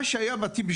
הבתים שהיו ב-1967,